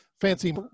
fancy